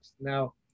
Now